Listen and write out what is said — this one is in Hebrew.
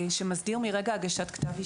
שמסדיר מרגע הגשת כתב אישום.